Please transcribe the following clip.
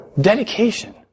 dedication